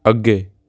ਅੱਗੇ